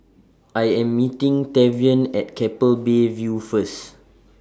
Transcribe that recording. I Am meeting Tavion At Keppel Bay View First